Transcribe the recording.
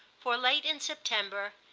for late in september,